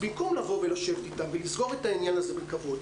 במקום לשבת איתם ולסגור את העניין הזה בכבוד.